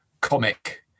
Comic